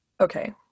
okay